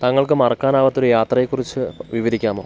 താങ്കൾക്ക് മറക്കാനാവാത്ത ഒരു യാത്രയെക്കുറിച്ച് വിവരിക്കാമോ